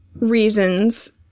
reasons